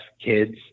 kids